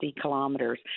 kilometers